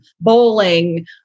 bowling